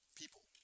people